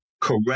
correct